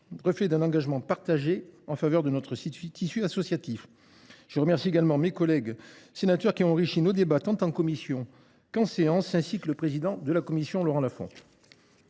reflet d’un engagement partagé en faveur de notre tissu associatif. Je remercie également mes collègues sénateurs qui ont enrichi nos débats tant en commission qu’en séance, ainsi que le président de la commission, M. Laurent Lafon.